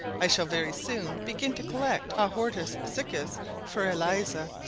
i shall very soon begin to collect a hortus siccus for eliza,